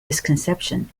misconception